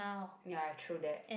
ya true that